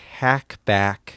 hackback